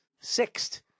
Sixth